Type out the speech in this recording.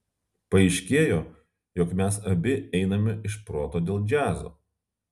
paaiškėjo jog mes abi einame iš proto dėl džiazo